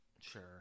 Sure